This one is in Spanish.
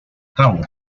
cabo